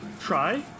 try